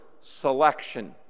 selection